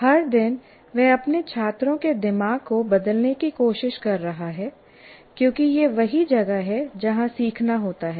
हर दिन वह अपने छात्रों के दिमाग को बदलने की कोशिश कर रहा है क्योंकि यही वह जगह है जहां सीखना होता है